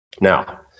Now